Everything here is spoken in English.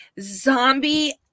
Zombie